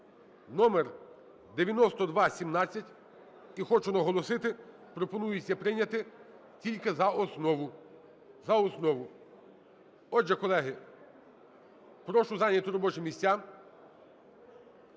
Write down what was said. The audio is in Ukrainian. (номер 9217). І хочу наголосити, пропонується прийняти тільки за основу. За основу. Отже, колеги, прошу зайняти робочі місця.